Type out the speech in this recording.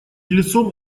лицом